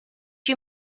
you